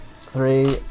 three